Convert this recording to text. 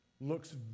looks